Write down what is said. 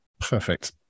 Perfect